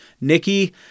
Nikki